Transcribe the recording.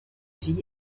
vie